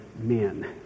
men